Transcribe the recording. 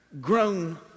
grown